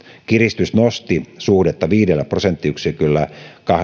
kiristys nosti suhdetta viidellä prosenttiyksiköllä